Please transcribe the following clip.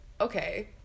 okay